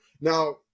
now